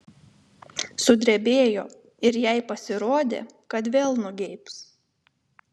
sudrebėjo ir jai pasirodė kad vėl nugeibs